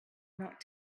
not